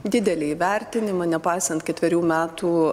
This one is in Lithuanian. didelį įvertinimą nepaisant ketverių metų